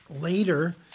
Later